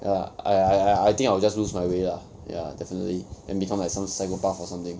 ya I I I I think I will just lose my way lah ya definitely then become like some psychopath or something